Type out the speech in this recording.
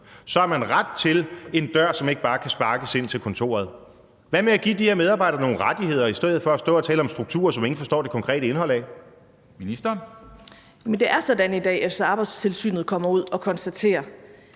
så har man ret til en dør, som ikke bare kan sparkes ind, til kontoret? Hvad med at give de her medarbejdere nogle rettigheder i stedet for at stå og tale om strukturer, som ingen forstår det konkrete indhold af? Kl. 13:23 Formanden (Henrik Dam Kristensen): Ministeren.